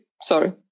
sorry